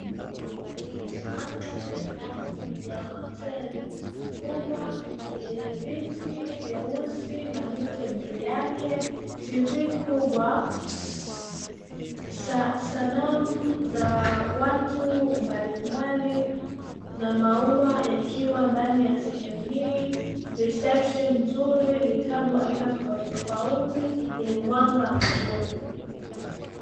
Mandhari ya ndani ya hoteli kubwa yenye viti vyeusi na mito juu yake, TV kubwa, sanamu za watu mbalimbali na maua yakiwa ndani ya sehemu hii, "reception" nzuri, vitabu aina tofauti tofauti yenye mwanga mzuri.